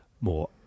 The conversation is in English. more